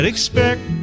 expect